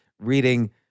reading